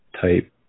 type